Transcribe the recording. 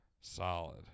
Solid